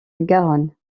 garonne